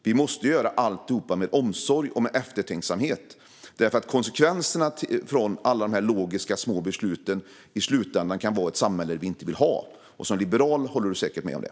Vi måste göra allt med omsorg och eftertänksamhet, för konsekvenserna av alla de logiska små besluten kan i slutändan vara ett samhälle som vi inte vill ha. Som liberal håller du säkert med om det.